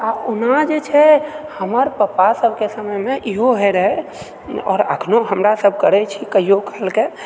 आ ओना जे छै हमर पापासभके समयमे इहो होय रहय आओर अखनो हमरासभ करैत छी कहिओ कालके